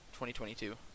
2022